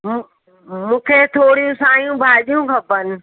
मु मूंखे थोरियूं सायूं भाॼियूं खपनि